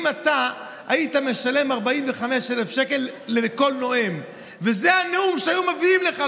אם אתה היית משלם 45,000 שקל לכל נואם וזה הנאום שהיו מביאים לך,